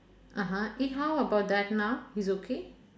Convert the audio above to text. (uh huh) eh how about that now he's okay